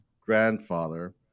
grandfather